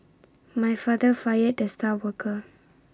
my father fired the star worker